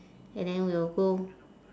and then we'll go